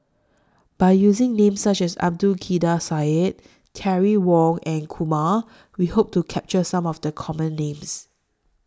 By using Names such as Abdul Kadir Syed Terry Wong and Kumar We Hope to capture Some of The Common Names